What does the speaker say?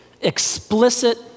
explicit